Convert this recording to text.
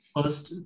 First